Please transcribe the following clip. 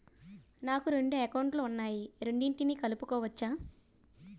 నాకు రెండు అకౌంట్ లు ఉన్నాయి రెండిటినీ కలుపుకోవచ్చా?